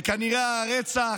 כנראה הרצח,